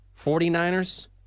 49ers